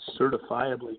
certifiably